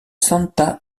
santa